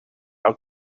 how